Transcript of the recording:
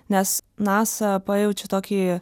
nes nasa pajaučiu tokį